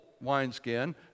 wineskin